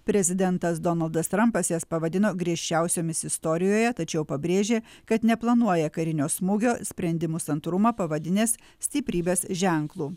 prezidentas donaldas trampas jas pavadino griežčiausiomis istorijoje tačiau pabrėžė kad neplanuoja karinio smūgio sprendimus santūrumą pavadinęs stiprybės ženklu